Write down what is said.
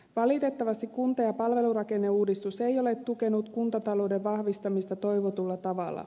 valitettavasti kunta ja palvelurakenneuudistus ei ole tukenut kuntatalouden vahvistamista toivotulla tavalla